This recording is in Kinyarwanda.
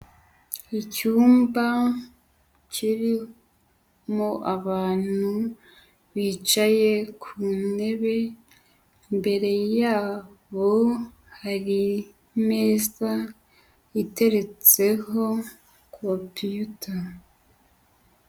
Icyumba kirimo abantu bicaye ku ntebe, imbere yabo hari imeza iteretseho kompiyuta.